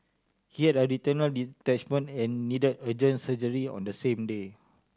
he had a retinal detachment and need urgent surgery on the same day